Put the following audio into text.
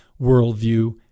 worldview